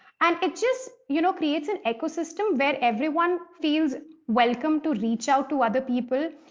and it just you know creates an ecosystem where everyone feels welcome to reach out to other people,